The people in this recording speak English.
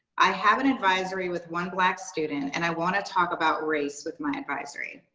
i have an advisory with one black student and i want to talk about race with my advisory.